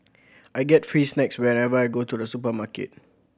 I get free snacks whenever I go to the supermarket